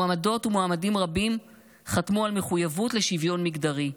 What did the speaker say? מועמדות ומועמדים רבים חתמו על מחויבות לשוויון מגדרי.